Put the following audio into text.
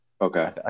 Okay